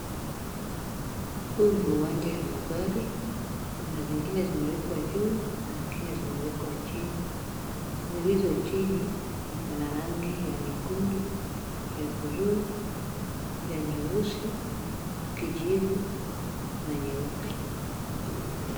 Huu ni uwanja ya magari, kuna lingine limewekwa juu, na zingine zimewekwa chini, zilizo chini ziko na rangi ya nyekundu, ya bluu, ya nyeusi, kijivu na nyeupe.